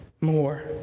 more